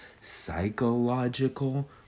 psychological